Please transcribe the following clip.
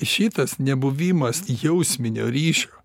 šitas nebuvimas jausminio ryšio